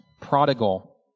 Prodigal